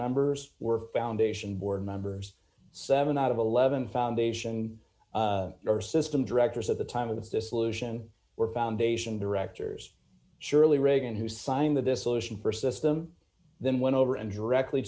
members were foundation board members seven out of eleven foundation or system directors at the time of the dissolution were foundation directors surely reagan who signed the dissolution for system then went over and directly